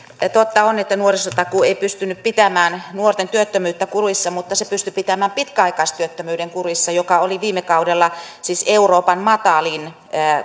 totta on että nuorisotakuu ei pystynyt pitämään nuorten työttömyyttä kurissa mutta se pystyi pitämään pitkäaikaistyöttömyyden kurissa joka oli viime kaudella siis euroopan matalin